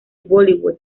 bollywood